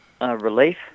Relief